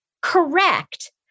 correct